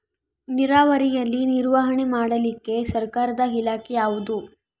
ನೇರಾವರಿಯಲ್ಲಿ ನಿರ್ವಹಣೆ ಮಾಡಲಿಕ್ಕೆ ಸರ್ಕಾರದ ಇಲಾಖೆ ಯಾವುದು?